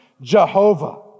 Jehovah